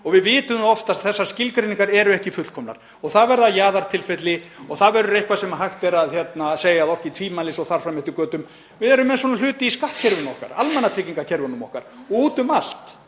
og við vitum oftast að þessar skilgreiningar eru ekki fullkomnar og það verða jaðartilfelli og það verður eitthvað sem hægt er að segja að orki tvímælis og þar fram eftir götum. Við erum með svona hluti í skattkerfinu okkar, almannatryggingakerfunum okkar, úti um allt.